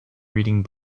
reading